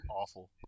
awful